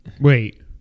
Wait